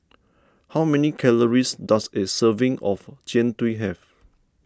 how many calories does a serving of Jian Dui have